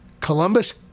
Columbus